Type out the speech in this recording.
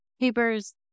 Papers